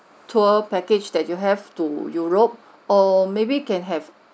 tour package that you have to europe or maybe we can have